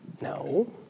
No